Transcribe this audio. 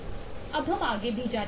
अब हम आगे भी जारी रखें